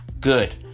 good